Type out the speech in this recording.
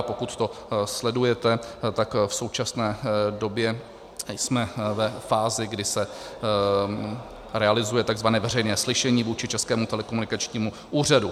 Pokud to sledujete, tak v současné době jsme ve fázi, kdy se realizuje takzvané veřejné slyšení vůči Českému telekomunikačnímu úřadu.